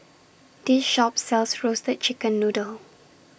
This Shop sells Roasted Chicken Noodle